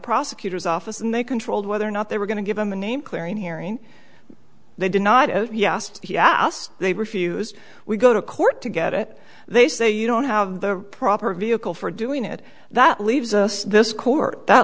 prosecutor's office and they controlled whether or not they were going to give them a name clearing hearing they did not he asked they refused we go to court to get it they say you don't have the proper vehicle for doing it that leaves us this court that